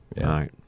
right